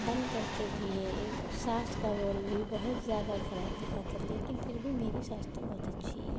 बनकर के जिए एक सास का रोल भी बहुत ज़्यादा ख़राब दिखाता लेकिन फिर भी मेरी सास तो बहुत अच्छी है